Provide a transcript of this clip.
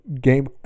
Game